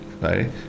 right